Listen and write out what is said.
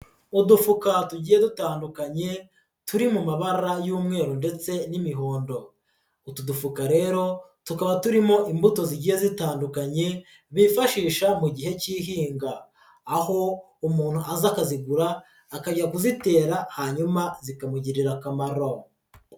Udufuka tugiye dutandukanye turi mu mabara y'umweru ndetse n'imihondo, utu dufuka rero tukaba turimo imbuto zigiye zitandukanye bifashisha mu gihe k'ihinga, aho umuntu aza akazigura akajya kuzitera hanyuma zikamugirira akamaro.